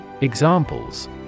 Examples